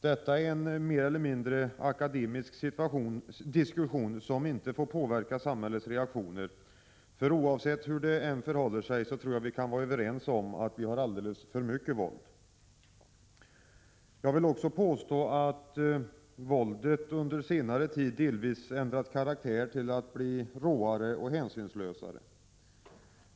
Detta är en mer eller mindre akademisk diskussion, som inte får påverka samhällets reaktioner, för oavsett hur det förhåller sig tror jag att vi kan vara överens om att vi har alldeles för mycket våld. Jag vill också påstå att våldet under senare tid delvis ändrat karaktär till att bli råare och hänsynslösare.